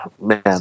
Man